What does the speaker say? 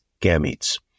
gametes